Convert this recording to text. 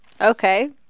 Okay